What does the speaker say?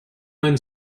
man